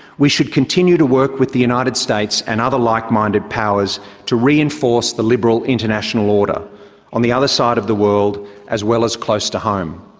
we should continue to work with the united states and other like-minded powers to reinforce the liberal international order on the other side of the world as well as close to home.